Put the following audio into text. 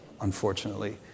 unfortunately